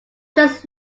just